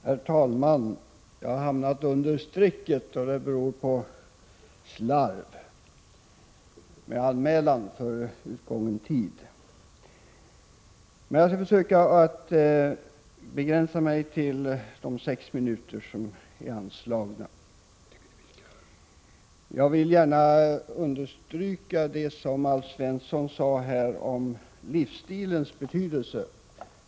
Herr talman! Jag har hamnat under strecket på talarlistan. Det beror på slarv med anmälan före utgången tid. Men jag skall försöka begränsa mig till de sex minuter som är anslagna. Jag vill understryka det Alf Svensson sade om livsstilens betydelse.